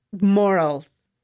morals